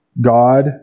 God